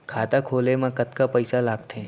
खाता खोले मा कतका पइसा लागथे?